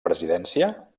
presidència